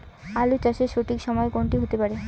আলু চাষের সঠিক সময় কোন টি হতে পারে?